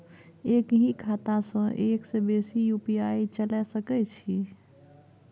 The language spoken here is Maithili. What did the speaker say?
एक ही खाता सं एक से बेसी यु.पी.आई चलय सके छि?